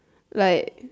like